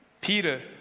Peter